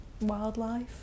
wildlife